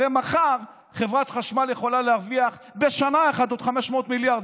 הרי מחר חברת חשמל יכולה להרוויח בשנה אחת עוד 500 מיליארד,